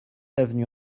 avenue